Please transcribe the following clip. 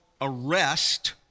arrest